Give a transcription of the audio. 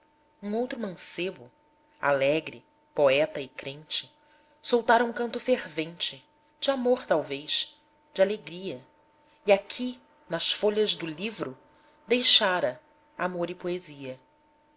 um outro mancebo alegre poeta e crente soltara um canto fervente de amor talvez de alegria e aqui nas folhas do livro deixara amor e poesia